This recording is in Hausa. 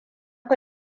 fi